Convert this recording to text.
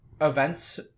events